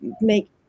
make